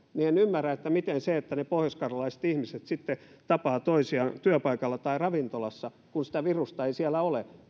en ymmärrä miten se virus siitä että ne pohjoiskarjalaiset ihmiset sitten tapaavat toisiaan työpaikalla tai ravintolassa kun sitä virusta ei siellä ole